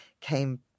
came